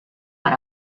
per